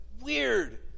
weird